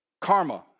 karma